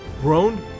groaned